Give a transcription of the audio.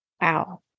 Wow